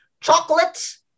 chocolates